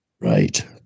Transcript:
Right